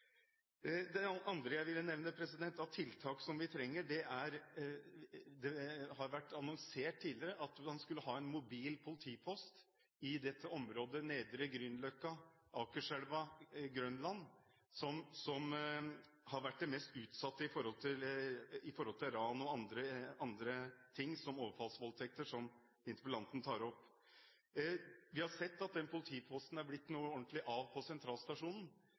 Det andre jeg ville nevne av tiltak som vi trenger, har vært annonsert tidligere, nemlig at man skulle ha en mobil politipost i området nedre Grünerløkka–Akerselva–Grønland, som har vært det mest utsatte for ran og andre ting, som overfallsvoldtekter, som interpellanten tar opp. Vi har sett at det virkelig har blitt noe av denne politiposten på Sentralstasjonen.